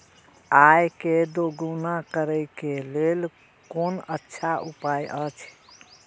आय के दोगुणा करे के लेल कोन अच्छा उपाय अछि?